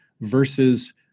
versus